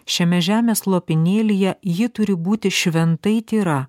šiame žemės lopinėlyje ji turi būti šventai tyra